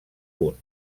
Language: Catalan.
punt